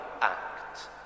act